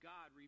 God